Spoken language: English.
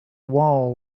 wall